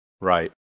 Right